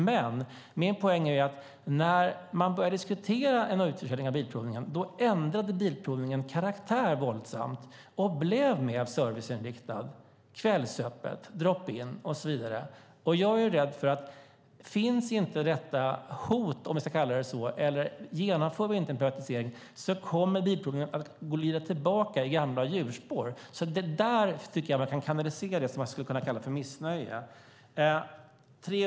Men min poäng är att när man började diskutera en utförsäljning av Bilprovningen ändrade den våldsamt karaktär och blev mer serviceinriktad med kvällsöppet, drop in och så vidare. Jag är rädd för att om detta hot inte finns - om man ska kalla det så - och om vi inte genomför en privatisering kommer Bilprovningen att glida tillbaka i gamla hjulspår. Det är där jag tycker att man kan kanalisera det som man skulle kunna kalla för missnöje.